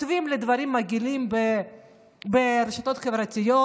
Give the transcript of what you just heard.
כותבים לי דברים מגעילים ברשתות החברתיות,